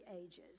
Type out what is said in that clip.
ages